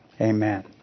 Amen